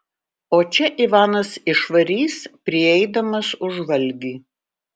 o čia ivanas išvarys prieidamas už valgį